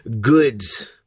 goods